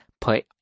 put